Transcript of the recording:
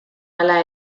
hala